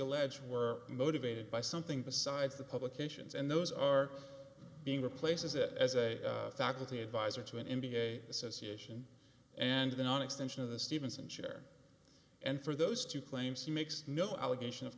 allege were motivated by something besides the publications and those are being replaces it as a faculty advisor to an m b a association and then on extension of the stevenson chair and for those two claims he makes no allegation of